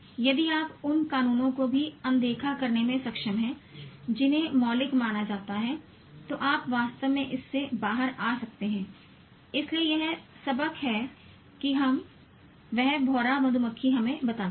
यदि आप उन कानूनों को भी अनदेखा करने में सक्षम हैं जिन्हें मौलिक माना जाता है तो आप वास्तव में इससे बाहर आ सकते हैं इसलिए यह सबक है कि यह भौंरा मधुमक्खी हमें बताता है